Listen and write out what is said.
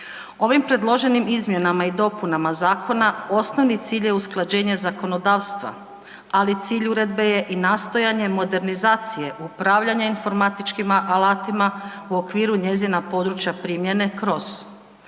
Ovim predloženim izmjenama i dopunama zakona osnovni cilj je usklađenja zakonodavstva, ali cilj uredbe je i nastojanje modernizacije upravljanje informatičkim alatima u okviru njezina područja primjene kroz: